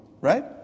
Right